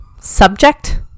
subject